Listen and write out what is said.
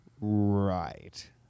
Right